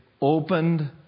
opened